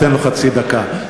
תן לו חצי דקה.